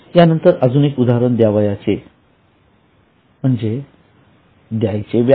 यानंतर अजून एक उदाहरण म्हणजे द्यावयाचे व्याज